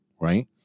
right